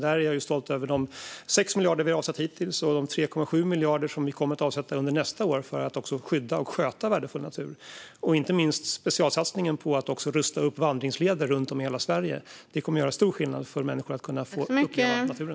Där är jag stolt över de 6 miljarder vi avsatt hittills, de 3,7 miljarder som vi kommer att avsätta under nästa år för att skydda och sköta värdefull natur och inte minst specialsatsningen på att rusta upp vandringsleder runt om i hela Sverige. Det kommer att göra stor skillnad för att människor ska kunna uppleva naturen.